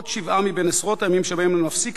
עוד שבעה מבין עשרות הימים שבהם אני מפסיק